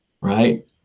Right